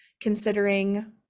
considering